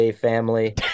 family